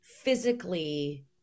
physically